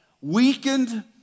weakened